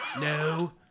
No